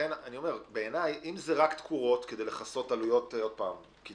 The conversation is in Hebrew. לכן אם זה רק תקורות כדי לכסות עלויות -- הדברים